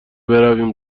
برویم